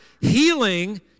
healing